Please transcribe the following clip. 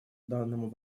данному